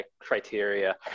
criteria